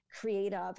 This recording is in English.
creative